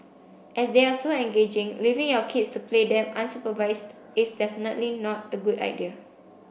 as they are so engaging leaving your kids to play them unsupervised is definitely not a good idea